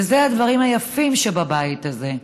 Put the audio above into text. ואלה הדברים היפים שבבית הזה.